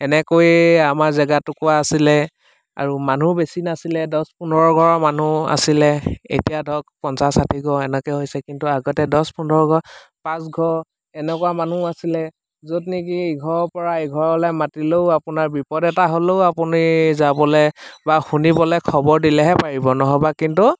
এনেকৈয়ে আমাৰ জেগাটোকোৰা আছিলে আৰু মানুহ বেছি নাছিলে দহ পোন্ধৰ ঘৰ মানুহ আছিলে এতিয়া ধৰক পঞ্চাছ ষাঠি ঘৰ এনেকৈ হৈছে কিন্তু আগতে দহ পোন্ধৰ ঘৰ পাঁচ ঘৰ এনেকুৱা মানুহ আছিলে য'ত নেকি ইঘৰৰ পৰা ইঘৰলে মাতিলেও আপোনাৰ বিপদ এটা হ'লেও আপুনি যাবলৈ বা শুনিবলৈ খবৰ দিলেহে পাৰিব নহ'বা কিন্তু